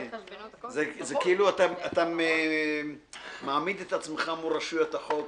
זה כאילו אתה מעמיד את עצמך מול רשויות החוק,